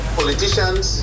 politicians